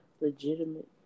legitimate